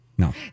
No